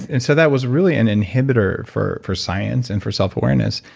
and so that was really an inhibitor for for science and for self awareness.